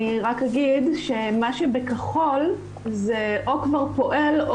מה שבכחול זה או כבר פועל,